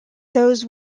those